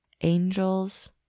angels